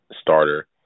starter